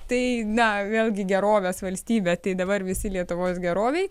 tai na vėlgi gerovės valstybė tai dabar visi lietuvos gerovei